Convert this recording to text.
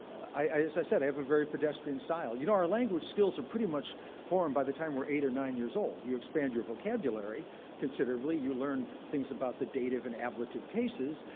i i said, i have a very pedestrian style. you know, our language skills are pretty much formed by the time we're eight or nine years old. you expand your vocabulary considerably. you learn things about the dative and ablative cases.